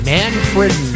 Manfred